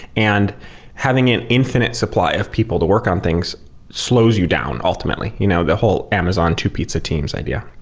and having an infinite supply of people to work on things slows you down ultimately. you know the whole amazon two pizza teams idea.